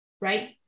right